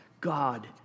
God